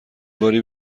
باری